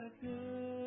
good